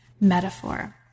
metaphor